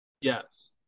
Yes